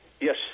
Yes